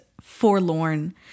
forlorn